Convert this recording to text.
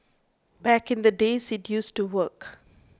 back in the days it used to work